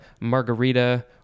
margarita